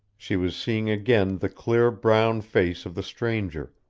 she was seeing again the clear brown face of the stranger,